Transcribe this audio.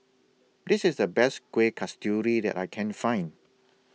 This IS The Best Kueh Kasturi that I Can Find